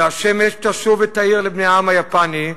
והשמש תשוב ותאיר לבני העם היפני,